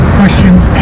questions